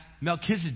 Melchizedek